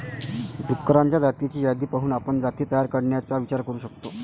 डुक्करांच्या जातींची यादी पाहून आपण जाती तयार करण्याचा विचार करू शकतो